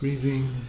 Breathing